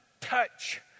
touch